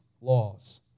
laws